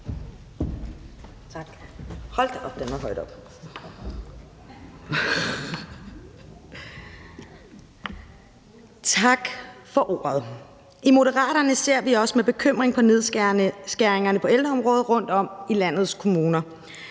Tak for ordet. I Moderaterne ser vi også med bekymring på nedskæringerne på ældreområdet rundtom i landets kommuner.